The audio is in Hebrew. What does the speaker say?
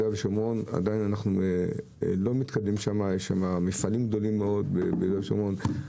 ואנחנו עדיין לא מתקדמים ביהודה ושומרון.